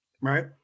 right